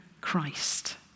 Christ